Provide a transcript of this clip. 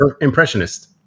impressionist